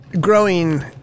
growing